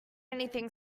anything